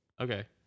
Okay